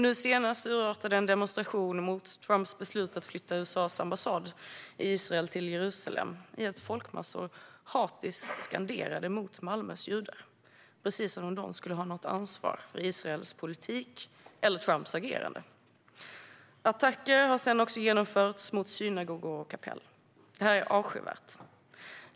Nu senast urartade en demonstration mot Trumps beslut att flytta USA:s ambassad i Israel till Jerusalem till att folkmassor hatiskt skanderade mot Malmös judar, precis som om de skulle ha något ansvar för Israels politik eller Trumps agerande. Attacker har sedan också genomförts mot synagogor och kapell. Detta är avskyvärt.